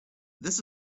this